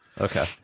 Okay